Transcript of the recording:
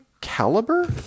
caliber